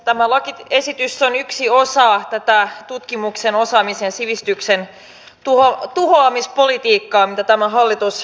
tämä lakiesitys on yksi osa tätä tutkimuksen osaamisen ja sivistyksen tuhoamispolitiikkaa mitä tämä hallitus harjoittaa